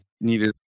needed